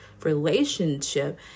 relationship